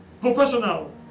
Professional